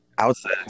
Outside